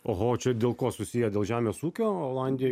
oho čia dėl ko susiję dėl žemės ūkio olandijoj